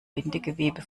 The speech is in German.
bindegewebe